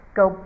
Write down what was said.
go